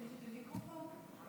לגשת למיקרופון?